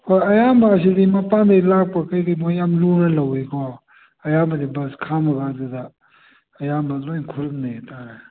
ꯍꯣꯏ ꯑꯌꯥꯝꯕ ꯑꯁꯤꯗꯤ ꯃꯄꯥꯟꯗꯩ ꯂꯥꯛꯄ ꯀꯔꯤ ꯀꯔꯤ ꯃꯣꯏ ꯌꯥꯝ ꯂꯨꯅ ꯂꯧꯋꯤꯀꯣ ꯑꯌꯥꯝꯕꯗꯤ ꯕꯁ ꯈꯥꯝꯕ ꯀꯥꯟꯗꯨꯗ ꯑꯌꯥꯝꯕ ꯂꯣꯏ ꯈꯨꯔꯨꯝꯅꯩ ꯍꯥꯏꯇꯥꯔꯦ